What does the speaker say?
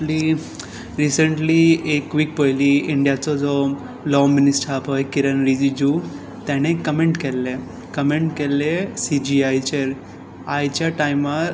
recently एक week पयलीं इंडियाचो जो लो मिनिस्टर आसा पळय किरण रिजिजू ताणें कमॅंट केल्लें कमॅंट केल्लें सी जी आयचेर आयच्या टायमार